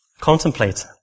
Contemplate